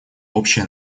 общее